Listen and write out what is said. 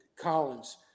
Collins